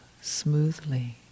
smoothly